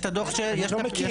אני לא מכיר.